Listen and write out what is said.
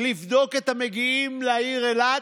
לבדוק את המגיעים לעיר אילת,